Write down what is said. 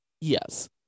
Yes